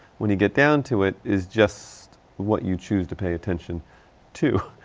when you get down to it, is just what you choose to pay attention to.